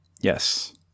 Yes